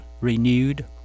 renewed